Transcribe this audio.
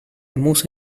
musa